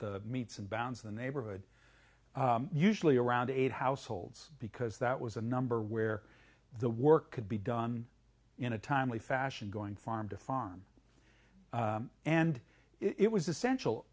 the meats and bounce the neighborhood usually around eight households because that was a number where the work could be done in a timely fashion going farm to farm and it was essential